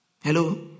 Hello